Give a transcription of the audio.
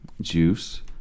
Juice